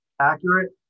accurate